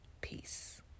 Peace